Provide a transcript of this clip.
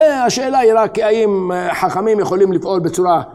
השאלה היא רק האם חכמים יכולים לפעול בצורה